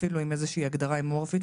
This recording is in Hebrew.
אפילו עם איזושהי הגדרה אמורפית.